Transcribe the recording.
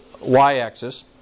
y-axis